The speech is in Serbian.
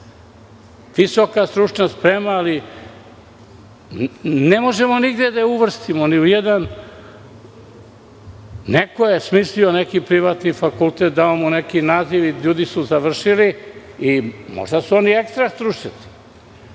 visoka stručna sprema, ali ne možemo nigde da je uvrstimo. Neko je smislio neki privatni fakultet, dao mu neki naziv, ljudi su završili i možda su oni vrhunski stručnjaci,